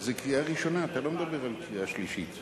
בעד, 16, אין מתנגדים ואין נמנעים.